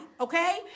okay